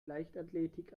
leichtathletik